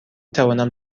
توانم